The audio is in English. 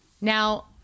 Now